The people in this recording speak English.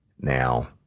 Now